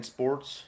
Sports